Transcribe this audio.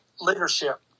Leadership